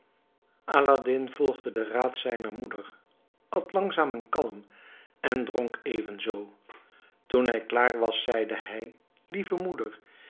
aladdin volgde den raad zijner moeder at langzaam en kalm en dronk evenzoo toen hij klaar was zeide hij lieve moeder